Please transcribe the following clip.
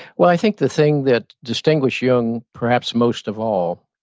well, i think the thing that distinguished jung, perhaps most of all,